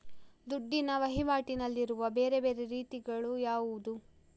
ದುಡ್ಡಿನ ವಹಿವಾಟಿನಲ್ಲಿರುವ ಬೇರೆ ಬೇರೆ ರೀತಿಗಳು ಯಾವುದು?